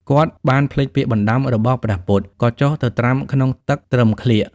គាត់បានភ្លេចពាក្យបណ្ដាំរបស់ព្រះពុទ្ធ ក៏ចុះទៅត្រាំក្នុងទឹកត្រឹមក្លៀក។